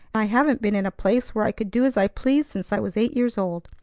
i haven't been in a place where i could do as i pleased since i was eight years old.